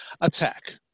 attack